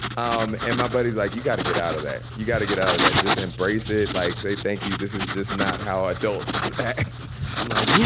um and my buddy's like, you gotta get out of it. you got to get out of that. just embrace it. like, say, thank you. this is just not how adults act i'm like,